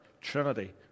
Trinity